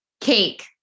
cake